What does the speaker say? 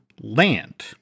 land